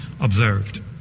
observed